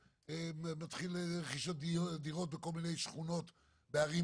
מתחילה רכישת דירות בכל מיני שכונות בערים